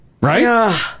Right